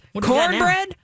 Cornbread